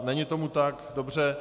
Není tomu tak, dobře.